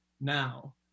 now